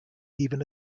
even